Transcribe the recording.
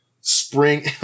spring